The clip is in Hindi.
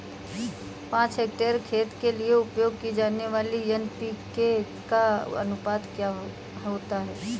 पाँच हेक्टेयर खेत के लिए उपयोग की जाने वाली एन.पी.के का अनुपात क्या होता है?